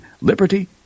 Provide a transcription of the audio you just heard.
liberty